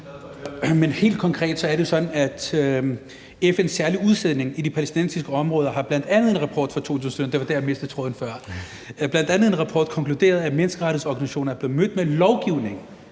Men helt konkret er det jo sådan, at FN's særlige udsending i de palæstinensiske områder bl.a. i en rapport fra 2017 – det var der, jeg mistede tråden før – konkluderede, at menneskerettighedsorganisationer er blevet mødt med lovgivning,